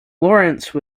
lawrence